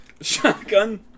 Shotgun